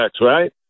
right